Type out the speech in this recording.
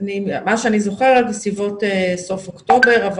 מה שאני זוכרת בסביבות סוף אוקטובר.